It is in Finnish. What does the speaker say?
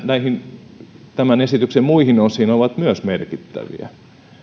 näihin tämän esityksen muihin osiin on myös merkittävää